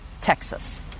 Texas